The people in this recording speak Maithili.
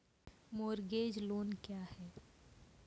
मोरगेज लोन क्या है?